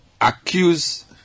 accuse